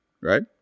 right